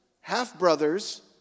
half-brothers